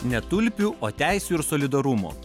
ne tulpių o teisių ir solidarumo